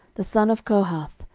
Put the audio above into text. the son of kohath,